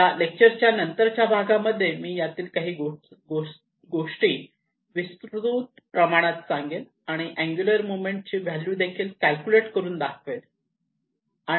या लेक्चरच्या नंतरच्या भागामध्ये मी यातील काही गोष्टी विस्तृत सांगेन आणि अँगुलर मोमेंटमची व्हॅल्यू देखील कॅल्क्युलेट करून दाखवेल